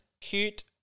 cute